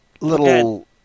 little